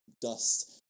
dust